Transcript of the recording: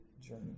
journey